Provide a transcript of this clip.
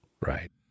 right